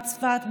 צפת,